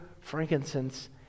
frankincense